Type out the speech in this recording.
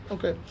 Okay